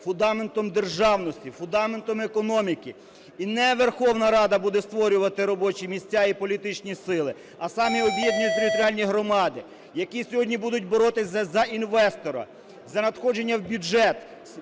фундаментом державності, фундаментом економіки. І не Верховна Рада буде створювати робочі місця і політичні сили, а самі об’єднані територіальні громади, які сьогодні будуть боротися за інвестора, за надходження в бюджет,